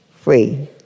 free